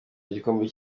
igikombe